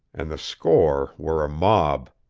and the score were a mob.